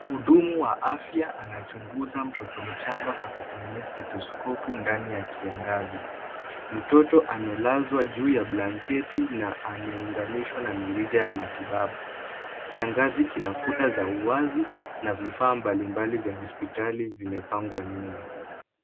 Mhudumu wa afya anachunguza mtoto mchanga kutumia stetoskopu ndani ya kiangazi. Mtoto amelazwa juu ya blanketi, na ameunganishwa na mirija ya matibabu. Kiangazi kina kuta za uwazi, na vifaa mbalimbali vya hospitali vimepangwa nyuma.